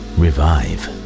revive